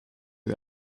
who